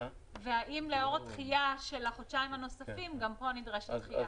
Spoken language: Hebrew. והאם לאור הדחייה של החודשיים הנוספים גם פה נדרשת דחייה?